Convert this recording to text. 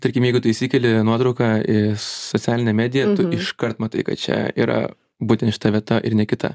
tarkim jeigu tu įsikeli nuotrauką į socialinę mediją iškart matai kad čia yra būtent šita vieta ir ne kita